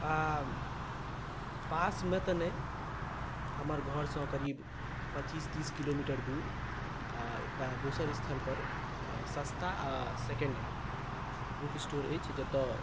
आ पास मे तऽ नहि हमर घर सॅं करीब पचीस तीस किलोमीटर दूर एकटा दोसर स्थल पर सस्ता आ सेकण्ड हैण्ड बुक स्टोर अछि जतय